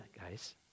guys